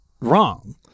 wrong